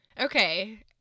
Okay